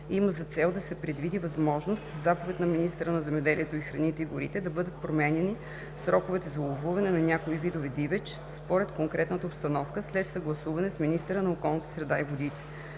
има за цел да се предвиди възможност със заповед на министъра на земеделието, храните и горите да бъдат променяни сроковете за ловуване на някои видове дивеч според конкретната обстановка след съгласуване с министъра на околната среда и водите.